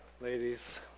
ladies